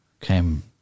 came